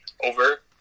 over